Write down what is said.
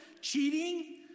cheating